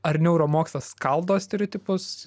ar neuromokslas skaldo stereotipus